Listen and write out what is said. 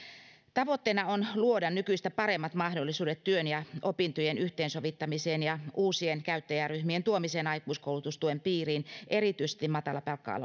tavoitteena on luoda nykyistä paremmat mahdollisuudet työn ja opintojen yhteensovittamiseen ja uusien käyttäjäryhmien tuomiseen aikuiskoulutustuen piiriin erityisesti matalapalkka